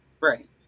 Right